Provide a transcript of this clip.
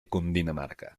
cundinamarca